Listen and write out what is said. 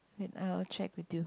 wait I will check with you